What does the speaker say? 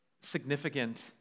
significant